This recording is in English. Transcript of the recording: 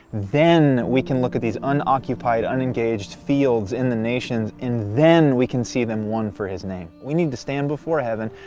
then we can look at these unoccupied, unengaged fields in the nations and then we can see them won for his name. we need to stand before heaven,